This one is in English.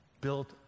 built